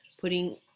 putting